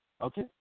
Okay